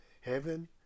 heaven